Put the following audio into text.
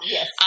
Yes